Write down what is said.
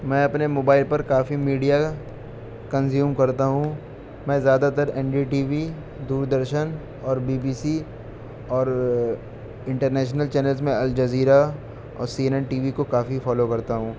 میں اپنے موبائل پر کافی میڈیا کنزیوم کرتا ہوں میں زیادہ تر N D T V Doordarshan اور بی بی سی اور انٹر نیشنل چینلز میں الجزیرہ اور C N N T V کو کافی فالو کرتا ہوں